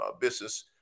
business